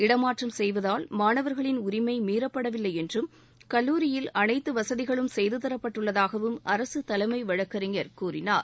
இடமாற்றம் செய்வதால் மாணவர்களின் உரிமை மீறப்படவில்லை என்றும் கல்லூரியில் அனைத்து வசதிகளும் செய்துதரப்பட்டுள்ளதாகவும் அரசு தலைமை வழக்கறிஞர் கூறினார்